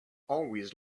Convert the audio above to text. always